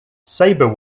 sabre